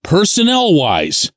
Personnel-wise